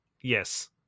Yes